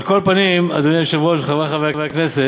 על כל פנים, אדוני היושב-ראש, חברי חברי הכנסת,